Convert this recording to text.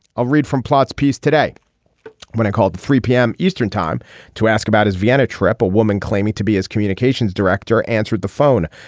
i've read from plots piece today when i called the three zero p m. eastern time to ask about his vienna trip a woman claiming to be his communications director answered the phone.